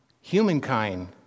Humankind